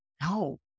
no